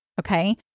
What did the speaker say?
okay